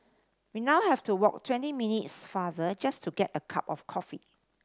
we now have to walk twenty minutes farther just to get a cup of coffee